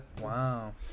Wow